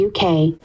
UK